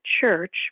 church